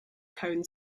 cone